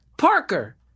Parker